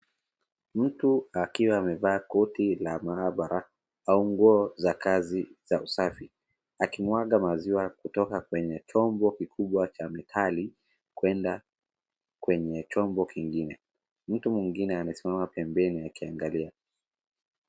Mtu akiwa amevaa koti la maabara, au nguo za kazi za usafi, akimwaga maziwa kutoka kwenye chombo kikubwa cha metali, kwenda kwenye chombo kingine. Mtu mwingine amesimama pembeni akiangalia.